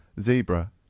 Zebra